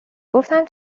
گفتم